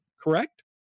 correct